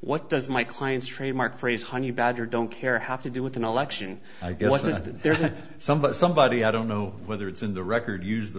what does my client's trademark phrase honey badger don't care have to do with an election there's a somebody somebody i don't know whether it's in the record use the